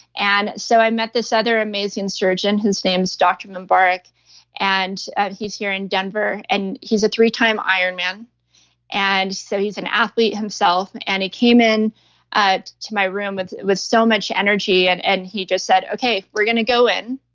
and i met this other amazing surgeon. his name is dr. mubarak and he's here in denver. and he's a three time ironman and so he's an athlete himself. and he came in to my room with with so much energy and and he just said, okay, we're going to go in,